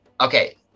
Okay